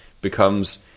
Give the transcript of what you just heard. becomes